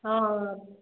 ହଁ